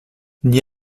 n’y